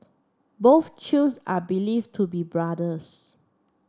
both Chews are believed to be brothers